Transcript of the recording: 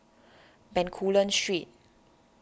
Bencoolen Street